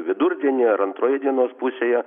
vidurdienį ar antroje dienos pusėje